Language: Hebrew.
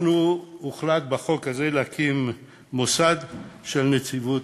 בחוק הזה הוחלט להקים מוסד של נציבות